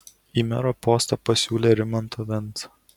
į mero postą pasiūlė rimantą vensą